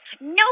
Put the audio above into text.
No